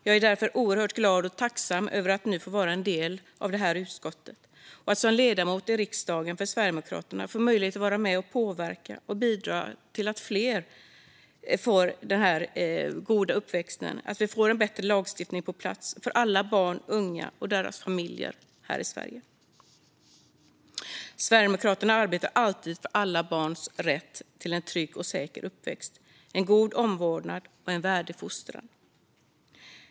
Jag är därför oerhört glad och tacksam över att nu få vara en del av detta utskott och att som ledamot i riksdagen för Sverigedemokraterna få möjlighet att vara med och påverka och bidra till att fler får en god uppväxt och till att vi får en bättre lagstiftning på plats för alla barn och unga och deras familjer här i Sverige. Sverigedemokraterna arbetar alltid för alla barns rätt till en trygg och säker uppväxt, en god omvårdnad och en värdig fostran.